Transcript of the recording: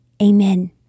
Amen